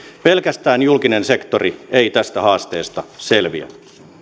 pelkästään julkinen sektori ei tästä haasteesta selviä